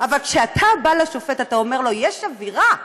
אבל כשאתה בא לשופט ואומר לו: יש אווירה,